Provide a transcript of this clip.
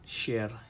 share